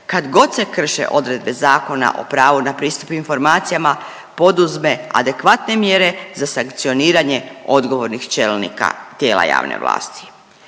kad god se krše odredbe Zakona o pravu na pristup informacijama poduzme adekvatne mjere za sankcioniranje odgovornih čelnika tijela javne vlasti.